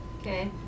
Okay